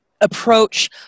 approach